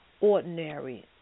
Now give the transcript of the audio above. ordinary